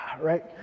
right